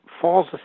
falls